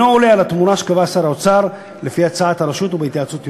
אינה עולה על התמורה שקבע שר האוצר לפי הצעת הרשות או בהתייעצות עמה".